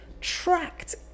tracked